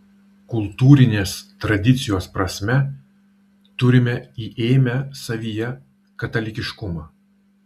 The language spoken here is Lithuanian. kultūrinės tradicijos prasme turime įėmę savyje katalikiškumą